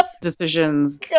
decisions